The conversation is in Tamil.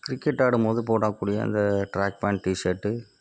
கிரிக்கெட் ஆடும்போது போடக்கூடிய அந்த ட்ராக் பேண்ட் டீ ஷர்ட்டு